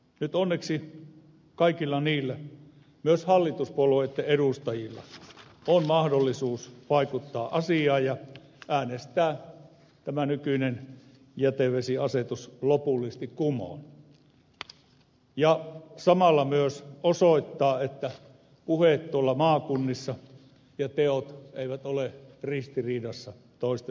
nyt onneksi kaikilla heillä myös hallituspuolueitten edustajilla on mahdollisuus vaikuttaa asiaan ja äänestää tämä nykyinen jätevesiasetus lopullisesti kumoon ja samalla myös osoittaa että puheet tuolla maakunnissa ja teot eivät ole ristiriidassa toistensa kanssa